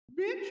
Bitch